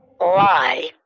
lie